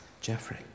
Jeffrey